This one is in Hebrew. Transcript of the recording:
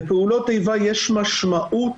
לפעולות איבה יש משמעות,